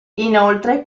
inoltre